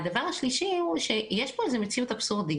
הדבר השלישי הוא שיש פה איזו מציאות אבסורדית,